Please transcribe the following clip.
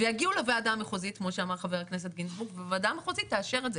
יגיעו לוועדה המחוזית והיא תאשר את זה.